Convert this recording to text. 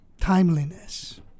timeliness